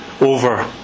over